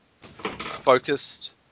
focused